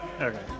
Okay